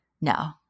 no